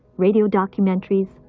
radio documentaries,